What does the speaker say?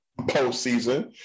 postseason